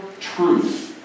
truth